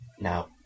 Now